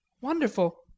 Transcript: Wonderful